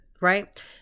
right